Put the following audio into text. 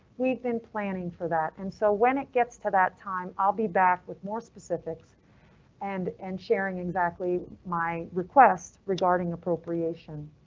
we've been planning for that and so when it gets to that time, i'll be back with more specifics and and sharing exactly my request regarding appropriation.